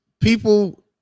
people